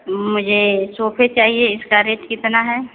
मुझे सॉकेट चाहिये इसका रेट कितना है